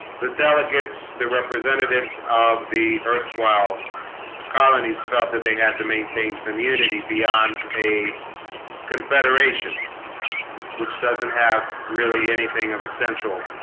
the delegates the representatives of the earth while colonies felt that they had to maintain some unity beyond a confederation which doesn't have really anything of a central